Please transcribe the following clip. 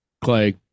clay